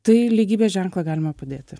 tai lygybės ženklą galima padėti